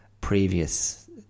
previous